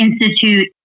institute